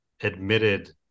admitted